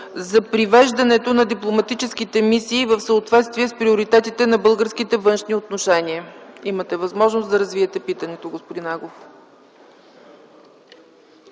за привеждането на дипломатическите мисии в съответствие с приоритетите на българските външни отношения. Господин Агов, имате възможност да развиете питането. АСЕН АГОВ